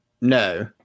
No